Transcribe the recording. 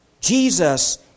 Jesus